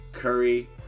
Curry